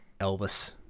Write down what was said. Elvis